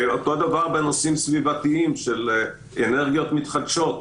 אותו דבר בנושאים סביבתיים של אנרגיות מתחדשות.